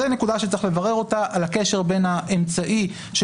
זו נקודה שצריך לברר אותה הקשר בין האמצעי של